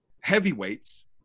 heavyweights